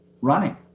running